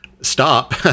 stop